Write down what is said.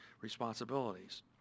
responsibilities